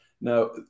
Now